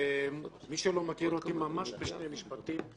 מי שלא מכיר אותי, ממש בשני משפטים,